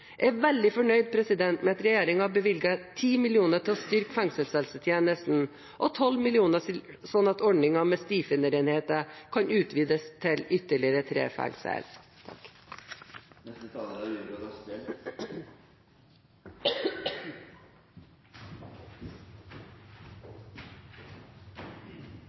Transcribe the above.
Jeg er veldig fornøyd med at regjeringen bevilger 10 mill. kr til å styrke fengselshelsetjenesten og 12 mill. kr, slik at ordningen med stifinnerenheter kan utvides til ytterligere tre